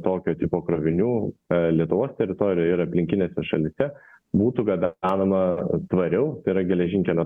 tokio tipo krovinių lietuvos teritorijoj ir aplinkinėse šalyse būtų gabenama tvariau tai yra geležinkelio